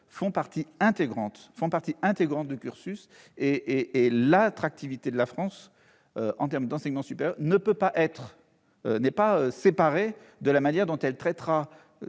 partie intégrante du cursus. L'attractivité de la France en matière d'enseignement supérieur ne peut donc pas être séparée de la manière dont elle traitera